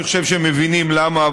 אני חושב שמבינים למה,